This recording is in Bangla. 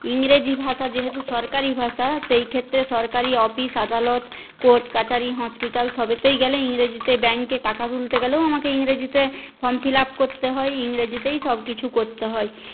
ইংরেজি ভাষা যেহেতু সরকারি ভাষা সেই ক্ষেত্রে সরকারি অপিস আদালত কোর্ট কাছারি হসপিটাল সবেতেই গেলে ইংরেজিতে ব্যাঙ্কে টাকা তুলতে গেলেও আমাকে ইংরেজিতে ফর্ম ফিল আপ করতে হয় ইংরেজিতেই সব কিছু করতে হয়